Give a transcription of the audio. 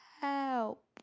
help